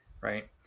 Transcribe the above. right